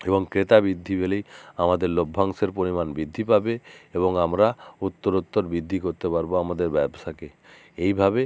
এবং ক্রেতা বৃদ্ধি পেলেই আমাদের লভ্যাংশের পরিমাণ বৃদ্ধি পাবে এবং আমরা উত্তরোত্তর বৃদ্ধি করতে পারবো আমাদের ব্যবসাকে এইভাবে